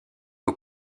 aux